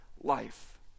life